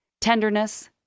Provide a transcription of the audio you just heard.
tenderness